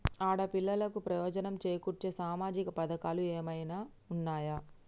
ఆడపిల్లలకు ప్రయోజనం చేకూర్చే సామాజిక పథకాలు ఏమైనా ఉన్నయా?